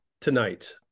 tonight